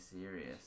serious